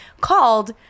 called